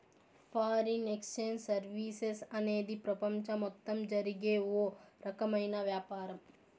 foreign exchange services అనేది ప్రపంచం మొత్తం జరిగే ఓ రకమైన వ్యాపారం